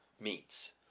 meats